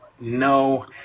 no